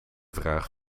vraag